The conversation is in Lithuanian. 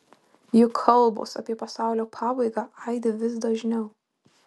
juk kalbos apie pasaulio pabaigą aidi vis dažniau